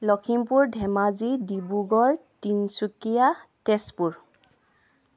Lakhimpur Dhemaji Dibrugarh Tinsukia Tezpur